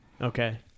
Okay